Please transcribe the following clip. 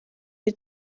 die